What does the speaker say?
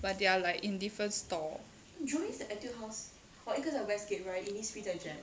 but they are like in different store